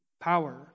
power